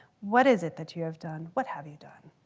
what is it that you have done? what have you done?